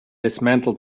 dismantled